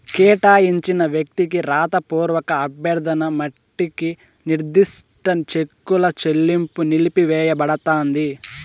కేటాయించిన వ్యక్తికి రాతపూర్వక అభ్యర్థన మట్టికి నిర్దిష్ట చెక్కుల చెల్లింపు నిలిపివేయబడతాంది